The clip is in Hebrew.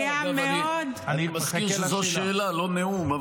אגב, אני מזכיר שזו שאלה, לא נאום.